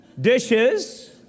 dishes